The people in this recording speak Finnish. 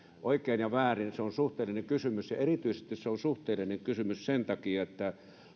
oikein ja väärin se on suhteellinen kysymys ja erityisesti se on suhteellinen kysymys sen takia että